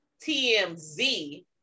tmz